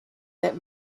that